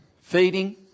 feeding